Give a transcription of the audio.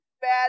bad